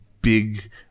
big